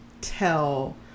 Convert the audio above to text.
tell